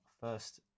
first